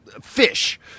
fish